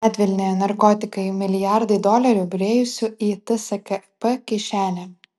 medvilnė narkotikai milijardai dolerių byrėjusių į tskp kišenę